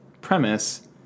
premise